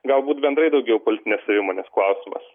galbūt bendrai daugiau politinės savimonės klausimas